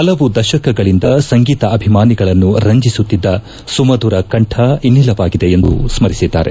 ಪಲವು ದಶಕಗಳಿಂದ ಸಂಗೀತ ಅಭಿಮಾನಿಗಳನ್ನು ರಂಜಿಸುತ್ತಿದ್ದ ಸುಮಧುರ ಕಂಠ ಇನ್ನಿಲ್ಲವಾಗಿದೆ ಎಂದು ಸ್ಲರಿಸಿದ್ದಾರೆ